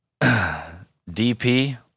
DP